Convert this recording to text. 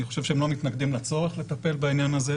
אני חושב שלא מתנגדים לצורך לטפל בעניין הזה,